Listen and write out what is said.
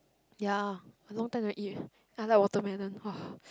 ya I long time never eat eh and I like watermelon !wah!